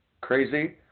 crazy